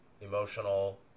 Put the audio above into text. emotional